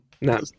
No